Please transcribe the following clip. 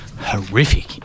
horrific